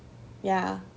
ya